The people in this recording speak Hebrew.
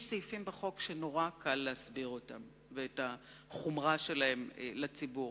יש סעיפים בחוק שנורא קל להסביר אותם ואת החומרה שלהם לציבור,